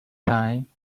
time